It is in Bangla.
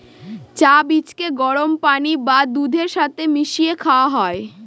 চা বীজকে গরম পানি বা দুধের সাথে মিশিয়ে খাওয়া হয়